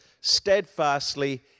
steadfastly